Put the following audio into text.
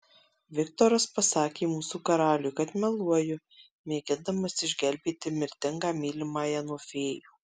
viktoras pasakė mūsų karaliui kad meluoju mėgindamas išgelbėti mirtingą mylimąją nuo fėjų